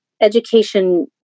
education